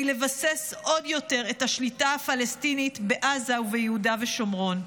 לבסס עוד יותר את השליטה הפלסטינית בעזה וביהודה ושומרון.